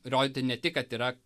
rodyti ne tik kad yra